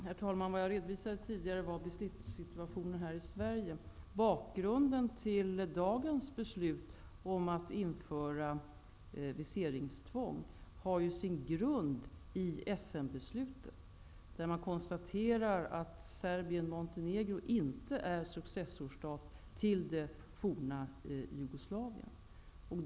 Herr talman! Det jag redovisade tidigare var beslutssituationen här i Sverige. Dagens beslut om att införa viseringstvång har ju sin grund i FN beslutet. Där konstaterar man att Serbien Montenegro inte är successorstat till det forna Jugoslavien.